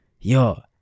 yo